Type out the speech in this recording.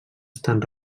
estan